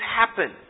happen